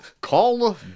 Call